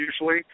usually